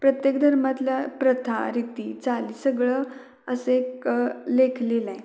प्रत्येक धर्मातल्या प्रथा रीती चाल सगळं असे एक लेख लिहिला आहे